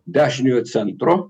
dešiniojo centro